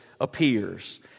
appears